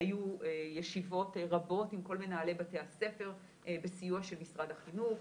היו ישיבות רבות עם כל מנהלי בתי הספר בסיוע של משרד החינוך.